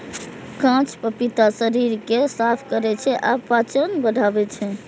कांच पपीता शरीर कें साफ करै छै आ पाचन बढ़ाबै छै